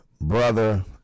brother